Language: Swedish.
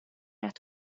ett